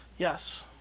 Yes